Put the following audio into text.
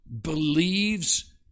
believes